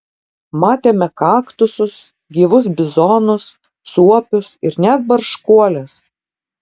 matėme kaktusus gyvus bizonus suopius ir net barškuoles